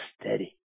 steady